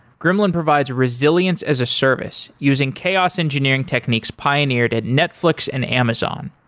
gremlin provides resilience as a service using chaos engineering techniques pioneered at netflix and amazon.